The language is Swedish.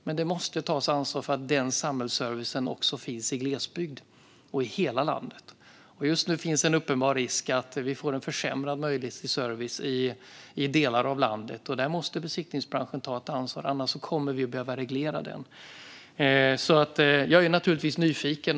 Men det måste tas ansvar för att denna samhällsservice också finns i glesbygd och i hela landet. Just nu finns en uppenbar risk att vi får en försämrad möjlighet till service i delar av landet. Där måste besiktningsbranschen ta ett ansvar - annars kommer vi att behöva reglera den.